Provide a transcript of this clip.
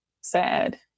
sad